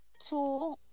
Two